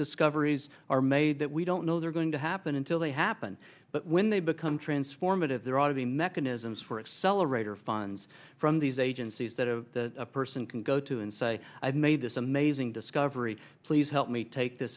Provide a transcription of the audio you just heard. discoveries are made that we don't know they're going to happen until they happen but when they become transformative there ought to be mechanisms for accelerator funds from these agencies that a person can go to and say i've made this amazing discovery please help me take this